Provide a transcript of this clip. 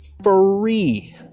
Free